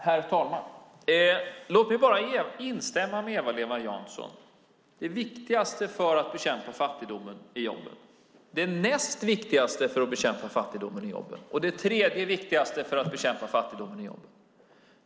Herr talman! Låt mig instämma med Eva-Lena Jansson: Det viktigaste för att bekämpa fattigdomen är jobben. Det näst viktigaste för att bekämpa fattigdomen är jobben. Och det tredje viktigaste för att bekämpa fattigdomen är jobben.